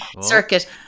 Circuit